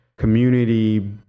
community